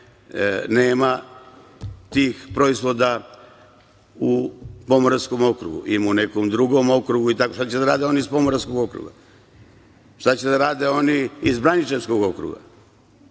nema tih proizvoda u Pomoravskom okrugu ima u nekom drugu okrugu. Šta će da rade oni iz Pomoravskog okruga? Šta će da rade oni iz Braničevskog okruga? Kad